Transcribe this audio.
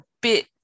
bit